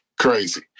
Crazy